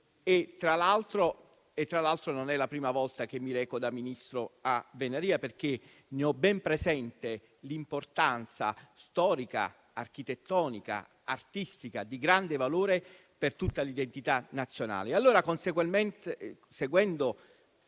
Tra l'altro, non è la prima volta che mi reco da Ministro a Venaria, perché ne ho ben presente l'importanza storica, architettonica, artistica, di grande valore per tutta l'identità nazionale.